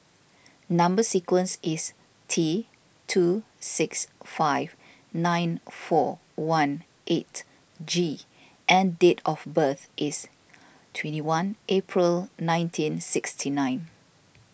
Number Sequence is T two six five nine four one eight G and date of birth is twenty one April nineteen sixty nine